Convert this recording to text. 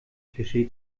klischee